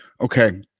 Okay